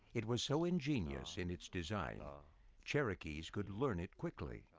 it was so ingenious in its design ah cherokees could learn it quickly.